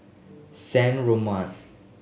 San Remo